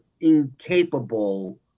incapable